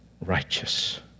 righteous